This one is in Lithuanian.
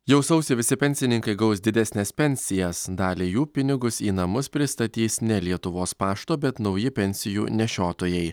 jau sausį visi pensininkai gaus didesnes pensijas daliai jų pinigus į namus pristatys ne lietuvos pašto bet nauji pensijų nešiotojai